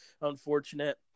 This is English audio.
unfortunate